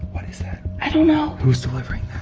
what is that? i don't know whose delivering